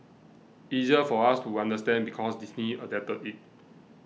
easier for us to understand because Disney adapted it